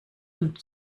und